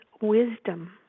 Wisdom